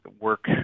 Work